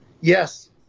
Yes